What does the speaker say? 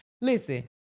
listen